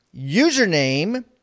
Username